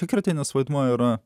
išskirtinis vaidmuo yra